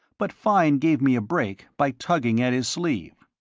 but fine gave me a break by tugging at his sleeve.